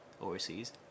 overseas